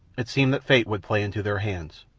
it seemed that fate would play into their hands,